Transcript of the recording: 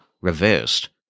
reversed